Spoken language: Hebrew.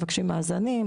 מבקשים מאזנים,